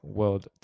world